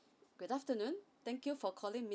good afternoon thank you for calling